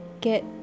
get